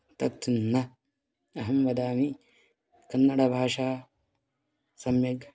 तत्तु न अहं वदामि कन्नडभाषा सम्यग्